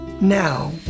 Now